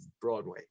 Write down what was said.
broadway